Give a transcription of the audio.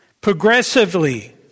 progressively